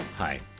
Hi